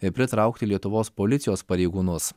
ir pritraukti lietuvos policijos pareigūnus